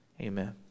amen